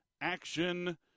action